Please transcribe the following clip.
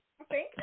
Okay